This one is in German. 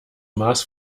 maß